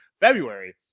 February